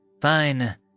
Fine